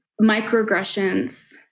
microaggressions